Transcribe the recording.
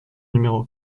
numéro